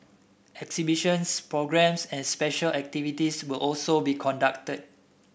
exhibitions programmes and special activities will also be conducted